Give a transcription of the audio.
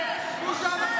חבר הכנסת דוידסון,